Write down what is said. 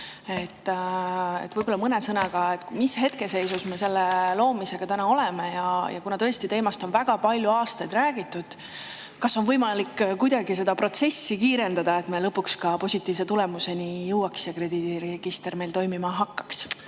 [räägite] mõne sõnaga, mis seisus me selle loomisega täna oleme. Ja kuna teemast on tõesti mitmeid aastaid räägitud, kas on võimalik kuidagi seda protsessi kiirendada, et me lõpuks ka positiivse tulemuseni jõuaks ja krediidiregister meil toimima hakkaks?